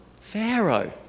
Pharaoh